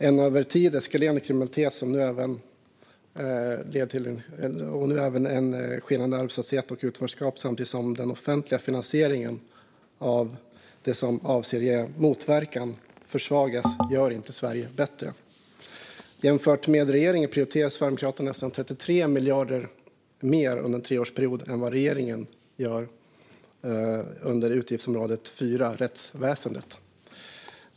En över tid eskalerande kriminalitet, en nu skenande arbetslöshet och ett utanförskap samtidigt med en försvagning av den offentliga finansieringen av det som anses ge motverkan gör inte Sverige bättre. Jämfört med regeringen prioriterar Sverigedemokraterna nästan 33 miljarder mer under en treårsperiod till utgiftsområde 4 Rättsväsendet.